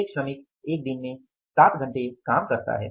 एक श्रमिक एक दिन में 7 घंटे काम करता है